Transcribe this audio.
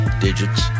digits